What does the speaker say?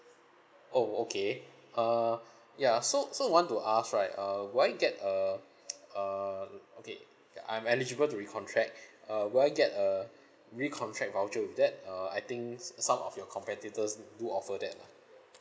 oh okay uh ya so so want to ask right uh do I need to get a uh okay uh I'm eligible to recontract uh will I get a recontract voucher with that uh I think uh some of your competitors do offer that lah